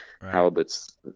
halibut's